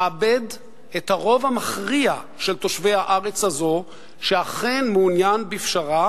מאבד את הרוב המכריע של תושבי הארץ הזאת שאכן מעוניין בפשרה